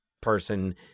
person